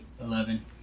Eleven